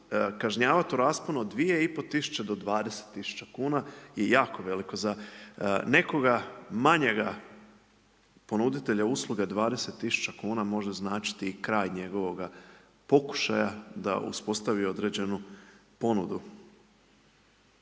kažnjavati u rasponu od 2,5 tisuće do 20 tisuća kuna je jako veliko za nekoga manjega ponuditelja usluga 20 tisuća kuna može značiti i kraj njegovoga pokušaja da uspostavi određenu ponudu.